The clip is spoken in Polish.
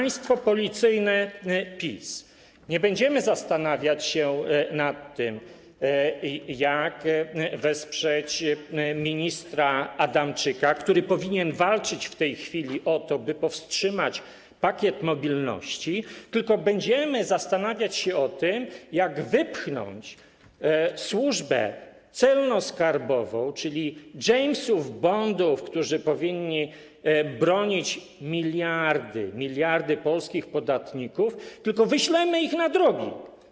Nie będziemy zastanawiać się nad tym, jak wesprzeć ministra Adamczyka, który powinien walczyć w tej chwili o to, by powstrzymać pakiet mobilności, tylko będziemy zastanawiać się nad tym, jak wypchnąć Służbę Celno-Skarbową, czyli Jamesów Bondów, którzy powinni bronić miliardy polskich podatników, tylko wyślemy ich na drogi.